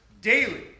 daily